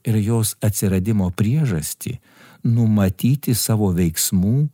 ir jos atsiradimo priežastį numatyti savo veiksmų